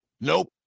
Nope